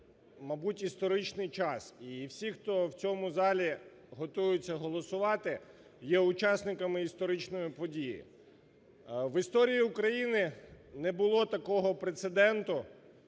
мабуть, історичний час. І всі, хто в цьому залі готується голосувати, є учасниками історичної події. В історії України не було такого прецеденту,